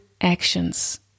actions